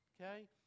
Okay